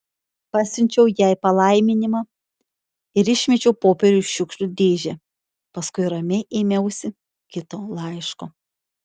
pasiunčiau jai palaiminimą ir išmečiau popierių į šiukšlių dėžę paskui ramiai ėmiausi kito laiško